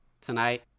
Tonight